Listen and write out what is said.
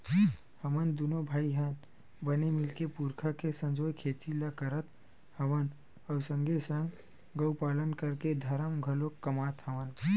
हमन दूनो भाई ह बने मिलके पुरखा के संजोए खेती ल करत हवन अउ संगे संग गउ पालन करके धरम घलोक कमात हवन